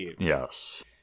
Yes